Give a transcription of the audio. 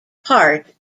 part